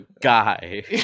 guy